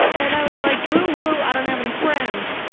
and i was like, boo hoo, i don't have any friends.